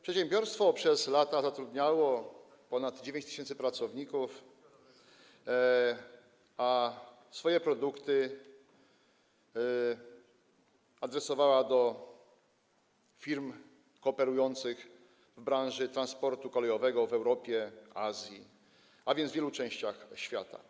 Przedsiębiorstwo przez lata zatrudniało ponad 9 tys. pracowników, a swoje produkty adresowało do firm kooperujących w branży transportu kolejowego w Europie, Azji, a więc w wielu częściach świata.